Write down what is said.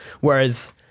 Whereas